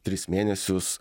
tris mėnesius